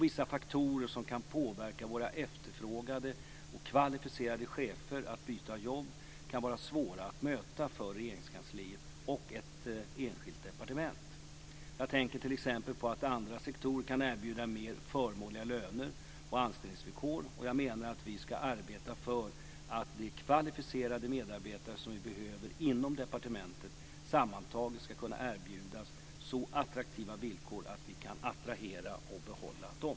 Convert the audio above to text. Vissa faktorer som kan påverka våra efterfrågade och kvalificerade chefer att byta jobb kan vara svåra att möta för Regeringskansliet och ett enskilt departement. Jag tänker t.ex. på att andra sektorer kan erbjuda mer förmånliga löner och anställningsvillkor. Jag menar att vi ska arbeta för att de kvalificerade medarbetare som vi behöver inom departementen sammantaget ska kunna erbjudas så attraktiva villkor att vi kan attrahera och behålla dem.